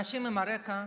רקע,